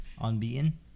Unbeaten